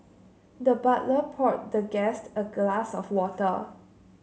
the butler poured the guest a glass of water